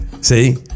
See